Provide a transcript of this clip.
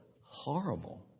horrible